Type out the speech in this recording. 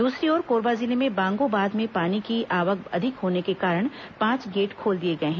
दूसरी ओर कोरबा जिले में बांगो बांध में पानी की आवक अधिक होने के कारण पांच गेट खोल दिए गए हैं